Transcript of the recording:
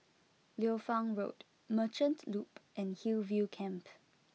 Liu Fang Road Merchant Loop and Hillview Camp